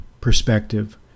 perspective